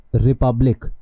Republic